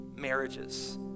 marriages